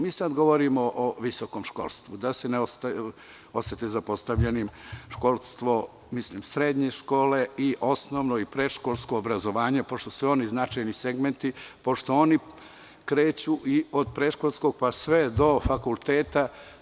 Mi sada govorimo o visokom školstvu, da se ne ostave zapostavljene srednje škole i osnovno i predškolsko obrazovanje, pošto su i oni značajni segmenti, pošto oni kreću od predškolskog pa sve do fakulteta.